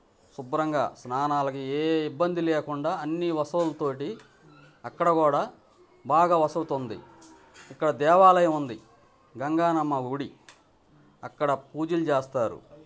శుభ్రంగా స్నానాలకి ఏ ఇబ్బంది లేకుండా అన్నీ వసతులతో అక్కడ కూడా బాగా వసతి ఉంది ఇక్కడ దేవాలయముంది గంగాలమ్మ గుడి అక్కడ పూజలు చేస్తారు